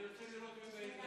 ההצעה להעביר את הצעת